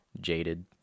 jaded